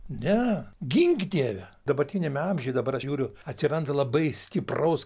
ne gink dieve dabartiniame amžiuj dabar žiūriu atsiranda labai stipraus